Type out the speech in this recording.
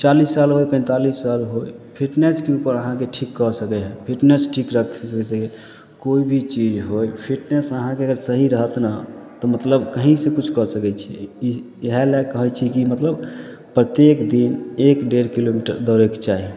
चालिस साल होइ पैँतालिस साल होइ फिटनेसपर अहाँके ठीक कऽ सकै हइ फिटनेस ठीक रखबै कोइ भी चीज होइ फिटनेस अहाँके अगर सही रहत ने तऽ मतलब कहीँसे किछु कऽ सकै छिए ई इएहलए कहै छी कि मतलब प्रत्येक दिन एक डेढ़ किलोमीटर दौड़ैके चाही